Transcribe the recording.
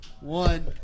one